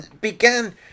began